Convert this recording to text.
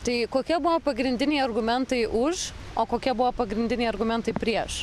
tai kokie buvo pagrindiniai argumentai už o kokie buvo pagrindiniai argumentai prieš